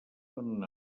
donen